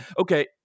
Okay